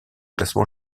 classement